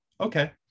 okay